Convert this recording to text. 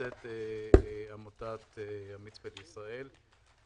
נמצאת עמותת המצפה לישראל.